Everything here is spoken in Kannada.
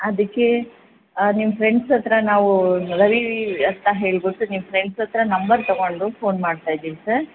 ಅದಕ್ಕೆ ನಿಮ್ಮ ಫ್ರೆಂಡ್ಸ್ ಹತ್ರ ನಾವು ರವಿ ಅಂತ ಹೇಳ್ಬಿಟ್ಟು ನಿಮ್ಮ ಫ್ರೆಂಡ್ಸ್ ಹತ್ರ ನಂಬರ್ ತಗೊಂಡು ಫೋನ್ ಮಾಡ್ತಾ ಇದ್ದೀವಿ ಸರ್